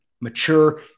mature